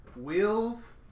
Wheels